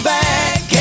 back